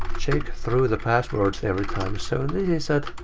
check through the passwords every time. so this is at.